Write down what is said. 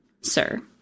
Sir